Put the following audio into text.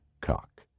cock